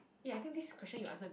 eh I think this question you answer